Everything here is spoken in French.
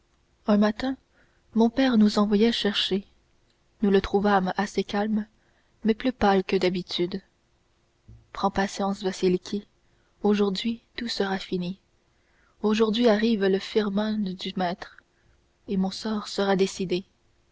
un matin mon père nous envoya chercher nous le trouvâmes assez calme mais plus pâle que d'habitude prends patience vasiliki aujourd'hui tout sera fini aujourd'hui arrive le firman du maître et mon sort sera décidé